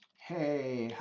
hey,